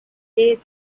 they